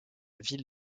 ville